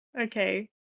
okay